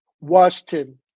Washington